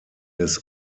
des